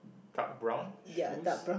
dark brown shoes